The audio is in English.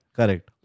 Correct